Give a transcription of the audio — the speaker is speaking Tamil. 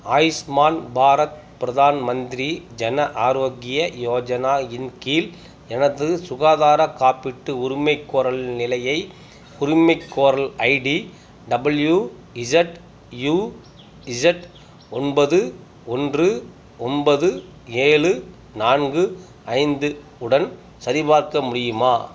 ஆயுஷ்மான் பாரத் பிரதான் மந்திரி ஜன ஆரோக்கிய யோஜனா இன் கீழ் எனது சுகாதார காப்பீட்டு உரிமைக்கோரலின் நிலையை உரிமைக்கோரல் ID W Z U Z ஒன்பது ஒன்று ஒன்பது ஏழு நான்கு ஐந்து உடன் சரிபார்க்க முடியுமா